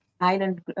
island